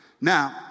Now